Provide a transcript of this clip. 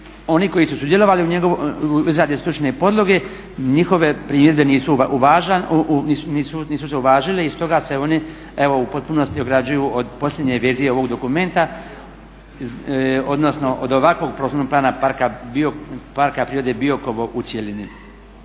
oni koji su sudjelovali u izradi stručne podloge njihove primjedbe nisu uvažene i stoga se oni u potpunosti ograđuju od posljednje verzije ovog dokumenta odnosno od ovakvog prostornog plana Parka prirode Biokova u cjelini.